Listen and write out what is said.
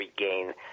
regain